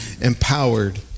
empowered